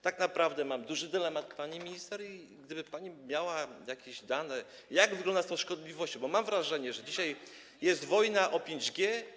Tak naprawdę mam duży dylemat, pani minister, i gdyby pani miała dane, jak to wygląda z tą szkodliwością, bo mam wrażenie, że dzisiaj jest wojna o 5G.